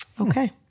Okay